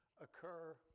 occur